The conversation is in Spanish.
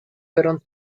fueron